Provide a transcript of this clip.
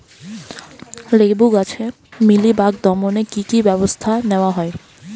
লেবু গাছে মিলিবাগ দমনে কী কী ব্যবস্থা নেওয়া হয়?